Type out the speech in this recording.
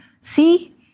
See